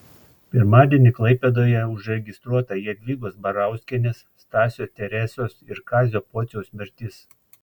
pirmadienį klaipėdoje užregistruota jadvygos barauskienės stasio teresos ir kazio pociaus mirtis